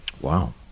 Wow